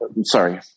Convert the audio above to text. sorry